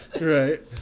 Right